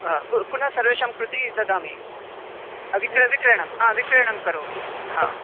पुनः पुनः सर्वेषां कृते ददामि महोदय विक्रयणं विक्रयणं विक्रयणं करोमि ह